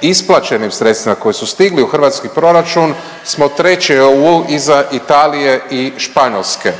isplaćenim sredstvima koji su stigli u hrvatski proračun smo 3. u EU iza Italije i Španjolske.